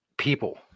people